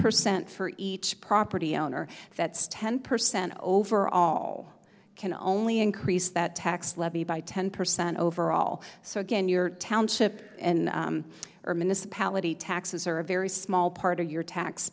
percent for each property owner that's ten percent overall can only increase that tax levy by ten percent overall so again your township and urbanists polity taxes are a very small part of your tax